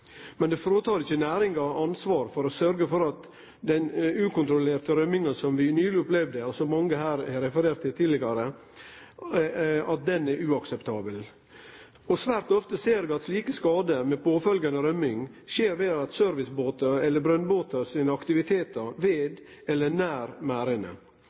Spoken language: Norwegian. Men det fritek ikkje næringa for ansvaret for å sørgje for at den ukontrollerte røminga som vi nyleg opplevde, og som mange her har referert til tidligare, er uakseptabel. Svært ofte ser vi at slike skadar, med påfølgjande røming, skjer ved servicebåtar eller brønnbåtar sine aktivitetar ved eller nær mærene.